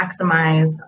maximize